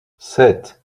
sept